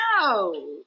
No